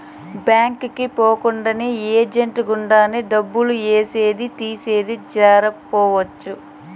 bank కి పోకుండానే agent గుండానే డబ్బులు ఏసేది తీసేది జరపొచ్చు